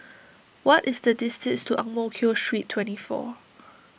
what is the distance to Ang Mo Kio Street twenty four